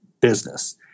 business